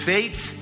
Faith